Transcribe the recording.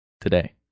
Today